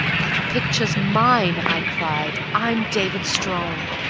that picture's mine, i cried i'm david strong.